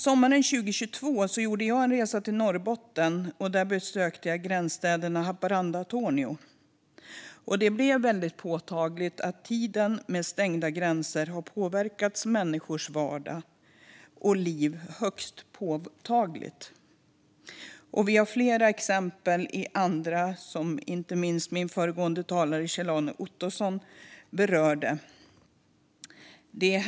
Sommaren 2022 gjorde jag en resa till Norrbotten, och där besökte jag gränsstäderna Haparanda och Tornio. Det blev väldigt påtagligt att tiden med stängda gränser påverkat människors vardag och liv. Det finns flera exempel i andra gränsområden. Talaren före mig, Kjell-Arne Ottosson, berörde också detta.